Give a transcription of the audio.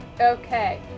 okay